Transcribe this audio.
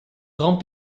grand